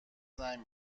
زنگ